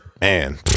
man